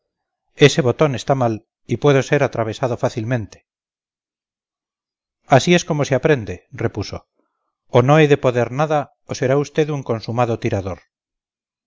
ese botón está mal y puedo ser atravesado fácilmente así es como se aprende repuso o no he de poder nada o será usted un consumado tirador